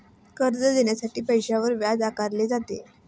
कर्ज देण्यासाठी पैशावर व्याज आकारले जाते